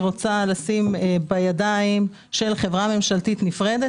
רוצה לשים בידיים של חברה ממשלתית נפרדת,